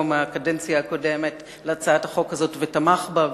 מהקדנציה הקודמת להצעת החוק הזאת ותמך בה,